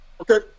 Okay